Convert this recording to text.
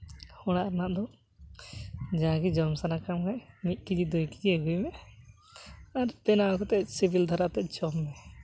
ᱚᱲᱟᱜ ᱨᱮᱱᱟᱜ ᱫᱚ ᱡᱟᱜᱮ ᱡᱚᱢ ᱥᱟᱱᱟ ᱠᱟᱢ ᱠᱷᱟᱱ ᱢᱤᱫ ᱠᱮᱡᱤ ᱰᱮᱲ ᱠᱮᱡᱤ ᱟᱹᱜᱩᱭ ᱢᱮ ᱟᱨ ᱵᱮᱱᱟᱣ ᱠᱟᱛᱮᱫ ᱥᱤᱵᱤᱞ ᱫᱷᱟᱨᱟ ᱛᱮ ᱡᱚᱢ ᱢᱮ